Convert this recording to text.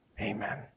Amen